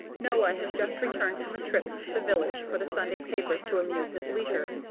noah has just returned from a trip to the village for the sunday papers to amuse his leisure.